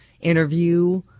interview